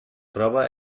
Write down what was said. prova